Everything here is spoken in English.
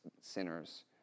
sinners